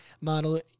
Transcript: model